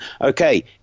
okay